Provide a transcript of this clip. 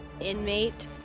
Inmate